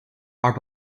are